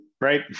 right